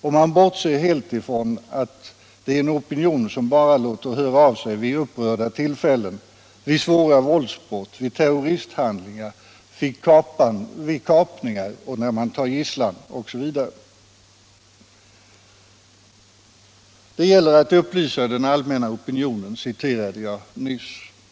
och bortser helt från att det är en opinion som bara låter höra av sig vid upprörda tillfällen såsom vid svåra våldsbrott, vid terroristhandlingar, vid kapningar och tagande av gisslan, osv. ”Det gäller att upplysa den allmänna opinionen”, citerade jag nyss.